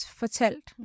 fortalt